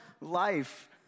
life